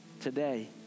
today